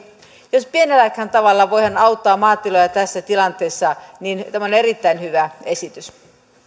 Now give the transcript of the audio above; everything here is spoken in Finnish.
jos pienelläkään tavalla voidaan auttaa maatiloja tässä tilanteessa niin tämä on erittäin hyvä esitys